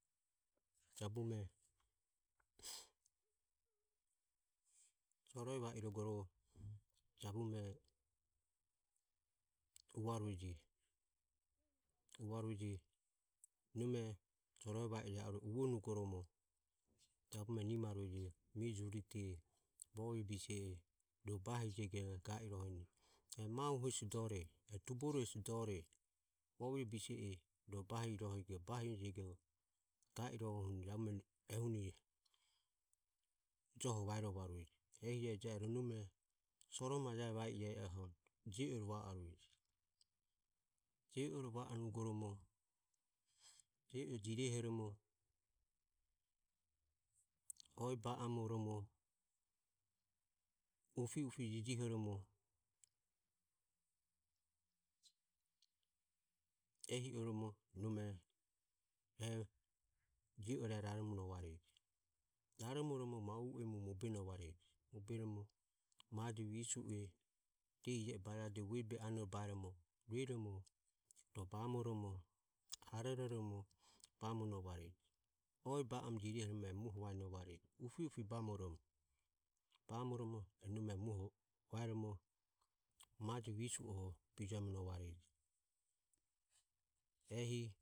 Jabume sorova irogoro jabume uvarueje uvarueje nome soro va ire arue uvonugoromo jabume nimarueje mi jurite bovi bise e ro bahijego jabume ga iroheni. E mahu hesi dore e tuboru hesi dore bovi bise e ro bahi irohe bahijego ga iroheni jabume ehuni joho vaerovarueje. Ehi e eje ero nome soro mae va ie oho je ore va arueje. Je ore va onugoromo je e jirehoromo oe ba amoromo upiupie jijihoromo ehi oromo nome e je ore raromonovareje raromoromo ma u emu mobenovareje. Moberomo maje visue diehije e barovade vuebe anobaeromo rueromo bamoromo arororomo bamonovareje oe ba a mo jirehoromo e muoho vaenovare upi upie bamoromo bamoromo nome e muoho vaeromo maje vise e bijuemonovareje.